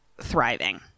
thriving